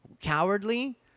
cowardly